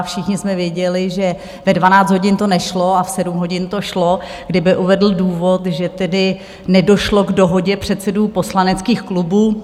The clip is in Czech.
Všichni jsme věděli, že ve dvanáct hodin to nešlo a v sedm hodin to šlo, kdyby uvedl důvod, že tedy nedošlo k dohodě předsedů poslaneckých klubů.